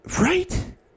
right